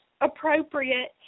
appropriate